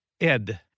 Ed